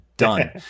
done